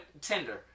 Tinder